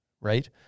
Right